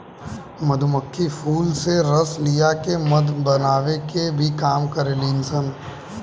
मधुमक्खी फूल से रस लिया के मध बनावे के भी काम करेली सन